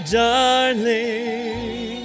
darling